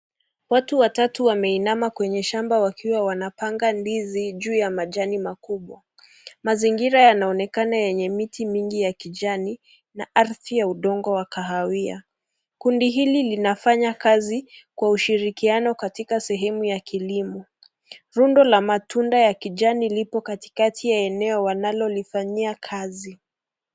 Watu watatu wameinama kwenye shamba wakiwa wanapanga ndizi juu ya majani makubwa. Mazingira yanaonekana yenye miti mingi ya kijani na ardhi ya udongo wa kahawia. Kundi hili linafanya kazi kwa ushirikiano katika sehemu ya kilimo. Rundo la matunda ya kijani lipo katikati ya eneo wanalolifanyia kazi.